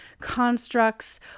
constructs